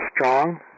strong